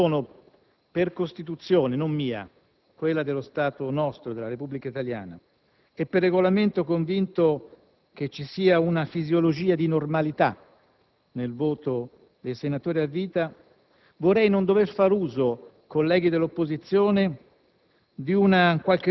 Siccome sono per Costituzione, non mia, ma quella del nostro Stato, della Repubblica italiana, e per Regolamento, convinto che ci sia una fisiologia nel voto dei senatori a vita, vorrei non dover far uso, colleghi dell'opposizione,